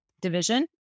division